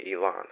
Elon